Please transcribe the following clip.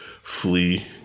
flee